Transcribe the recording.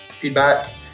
Feedback